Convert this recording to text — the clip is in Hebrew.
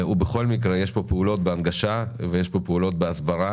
ובכל מקרה יש פה פעולות בהנגשה ויש פה פעולות בהסברה